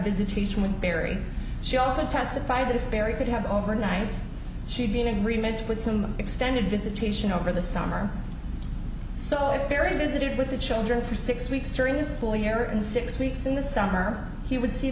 visitation with barry she also testified that if barry could have overnights she'd be in agreement with some extended visitation over the summer so very visited with the children for six weeks during the school year and six weeks in the summer he would see